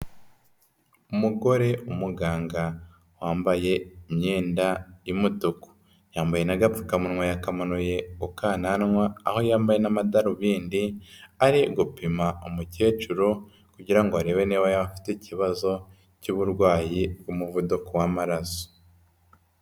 Umugore w'umuganga wambaye imyenda y'umutuku, yambaye n'agapfukamunwa yakamanuye ku kananwa aho yambaye n'amadarubindi ari gupima umukecuru kugira ngo arebe niba yaba afite ikibazo cy'uburwayi bw'umuvuduko w'amaraso.